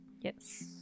yes